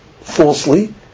falsely